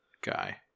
guy